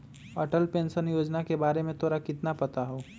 Atal pension योजना के बारे में तोरा कितना पता हाउ?